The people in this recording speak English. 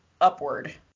upward